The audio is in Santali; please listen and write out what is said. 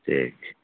ᱴᱷᱤᱠ